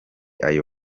ayo